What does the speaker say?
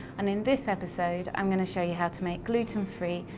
and in this episode, i am going to show you how to make gluten-free,